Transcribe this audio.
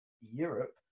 Europe